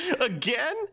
again